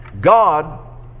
God